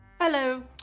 Hello